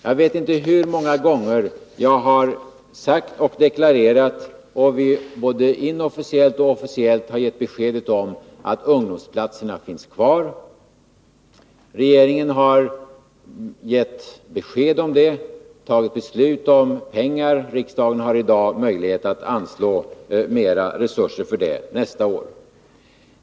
Jag vet inte hur många gånger jag har sagt och deklarerat och både inofficiellt och officiellt har gett beskedet att ungdomsplatserna finns kvar. Regeringen har gett besked om det och fattat beslut om pengar, och riksdagen har i dag möjlighet att anslå mera resurser för detta ändamål nästa år.